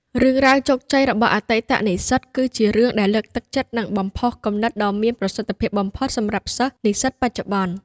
រឿងរ៉ាវជោគជ័យរបស់អតីតនិស្សិត គឺជារឿងដែលលើកទឹកចិត្ត និងបំផុសគំនិតដ៏មានប្រសិទ្ធភាពបំផុតសម្រាប់សិស្ស និស្សិតបច្ចុប្បន្ន។